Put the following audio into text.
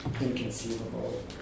Inconceivable